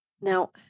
Now